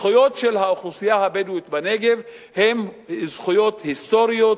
הזכויות של האוכלוסייה הבדואית בנגב הן זכויות היסטוריות,